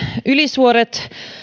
ylisuuret